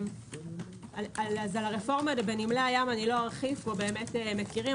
על הרפורמה בנמלי הים לא ארחיב מכירים,